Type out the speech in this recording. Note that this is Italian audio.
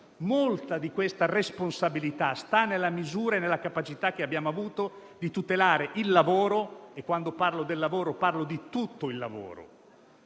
Molta di questa responsabilità sta nella misura e nella capacità che abbiamo avuto di tutelare il lavoro e quando parlo del lavoro parlo di tutto il lavoro.